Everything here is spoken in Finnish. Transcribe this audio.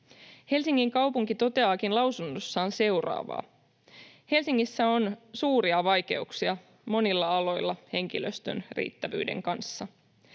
Helsingin kaupunki toteaakin lausunnossaan seuraavaa: ”Helsingissä on suuria vaikeuksia monilla aloilla henkilöstön riittävyyden kanssa.